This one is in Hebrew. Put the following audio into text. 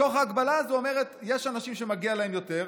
ובתוך ההגבלה הזאת אומרת שיש אנשים שמגיע להם יותר.